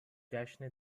جشن